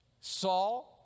Saul